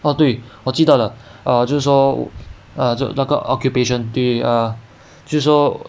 oh 对我记到了 err 就是说 err 那个 occupation 对 err 就是说